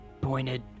pointed